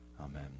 Amen